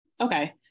Okay